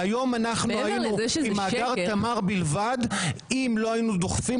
והיום היינו עם מאגר תמר בלבד אם לא היינו דוחפים